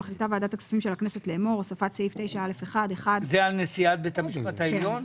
מחליטה ועדת הכספים של הכנסת לאמור: זה על נשיאת בית המשפט העליון?